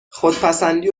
خودپسندی